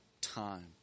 time